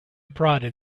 prodded